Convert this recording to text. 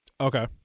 Okay